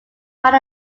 find